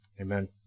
Amen